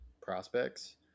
prospects